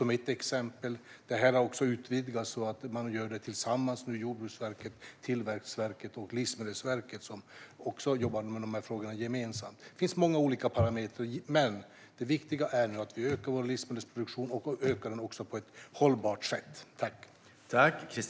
Detta har också utvidgats så att Jordbruksverket gör det här tillsammans med Tillväxtverket och Livsmedelsverket, så att man jobbar med frågorna gemensamt. Det finns många olika parametrar, men det viktiga är nu att vi ökar vår livsmedelsproduktion och gör det på ett hållbart sätt.